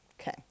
okay